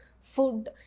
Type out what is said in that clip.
food